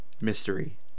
mystery